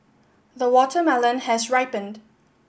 the watermelon has ripened